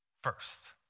first